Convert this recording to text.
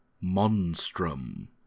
Monstrum